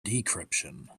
decryption